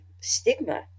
stigma